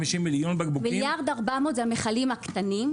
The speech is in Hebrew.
מיליארד ו-400 זה המכלים הקטנים,